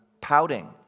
Pouting